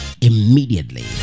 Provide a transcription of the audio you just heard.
immediately